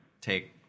take